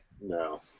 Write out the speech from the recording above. No